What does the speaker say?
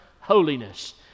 holiness